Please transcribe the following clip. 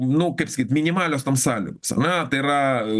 nu kaip sakyt minimalios tam sąlygos ane tai yra